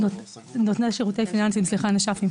נותני שירותים פיננסיים, סליחה, נש"פים.